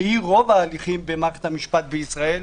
שהיא רוב ההליכים במערכת המשפט בישראל,